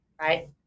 right